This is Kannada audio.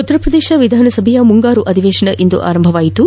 ಉತ್ತರ ಪ್ರದೇಶ ವಿಧಾನಸಭೆಯ ಮುಂಗಾರು ಅಧಿವೇಶನ ಇಂದು ಆರಂಭವಾಯಿತು